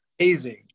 amazing